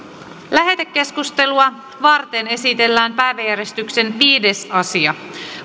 lähetekeskustelua varten esitellään päiväjärjestyksen viides asia